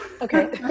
okay